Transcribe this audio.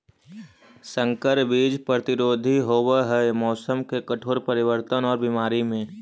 संकर बीज प्रतिरोधी होव हई मौसम के कठोर परिवर्तन और बीमारी में